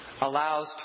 allows